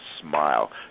smile